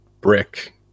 brick